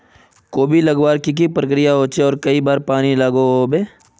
कोबी लगवार प्रक्रिया की की होचे आर कई बार पानी लागोहो होबे?